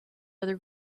other